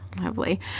lovely